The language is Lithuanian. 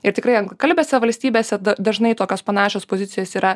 ir tikrai anglakalbėse valstybėse dažnai tokios panašios pozicijos yra